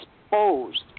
exposed